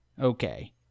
Okay